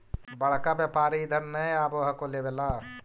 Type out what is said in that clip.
बड़का व्यापारि इधर नय आब हको लेबे ला?